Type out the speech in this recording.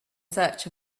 search